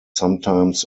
sometimes